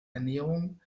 ernährung